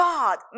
God